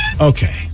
Okay